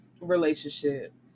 relationship